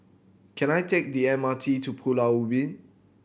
can I take the M R T to Pulau Ubin